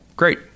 great